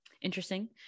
Interesting